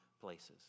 places